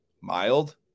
mild